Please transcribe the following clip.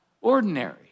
ordinary